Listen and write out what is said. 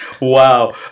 Wow